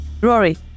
Rory